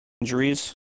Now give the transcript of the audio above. injuries